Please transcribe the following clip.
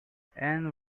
and